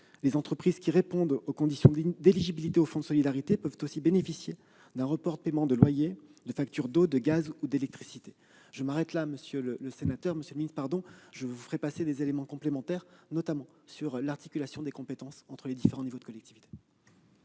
Les entreprises qui répondent aux conditions d'éligibilité au fonds de solidarité peuvent aussi bénéficier d'un report de paiement de loyer, de factures d'eau, de gaz ou d'électricité. Je dois m'arrêter faute de temps, monsieur le sénateur, mais je vous transmettrai des éléments complémentaires relatifs à l'articulation des compétences entre les différents niveaux de collectivités.